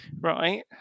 Right